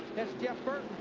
that's jeff burton,